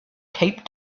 taped